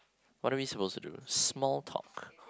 what are we supposed to do small talk